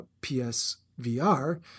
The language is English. PSVR